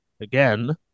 again